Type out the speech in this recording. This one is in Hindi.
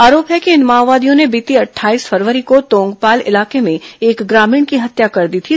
आरोप है कि इन माओवादियों ने बीती अट्ठाईस फरवरी को तोंगपाल इलाके में एक ग्रामीण की हत्या कर दी थी